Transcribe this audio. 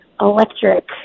electric